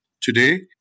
Today